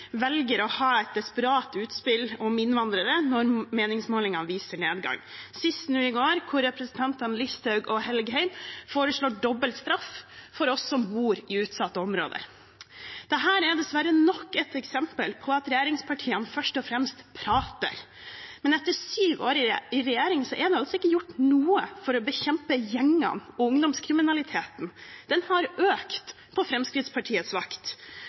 velger å ha et desperat utspill om innvandrere når meningsmålingene viser nedgang – sist nå i går, hvor representantene Listhaug og Engen-Helgheim foreslo dobbelt straff for oss som bor i utsatte områder. Dette er dessverre nok et eksempel på at regjeringspartiene først og fremst prater. Etter syv år i regjering er det ikke gjort noe for å bekjempe gjengene og ungdomskriminaliteten. Den har økt på Fremskrittspartiets vakt.